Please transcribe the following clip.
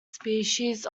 species